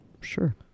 Sure